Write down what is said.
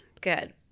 Good